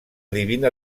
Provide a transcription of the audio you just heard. divina